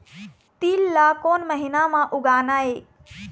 तील ला कोन महीना म उगाना ये?